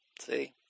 See